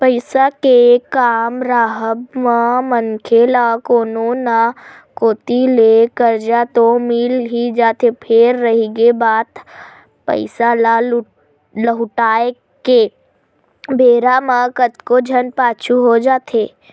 पइसा के काम राहब म मनखे ल कोनो न कोती ले करजा तो मिल ही जाथे फेर रहिगे बात पइसा ल लहुटाय के बेरा म कतको झन पाछू हो जाथे